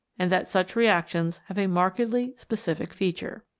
and that such reactions have a markedly specific feature.